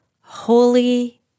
Holy